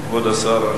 כבוד השר,